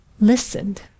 listened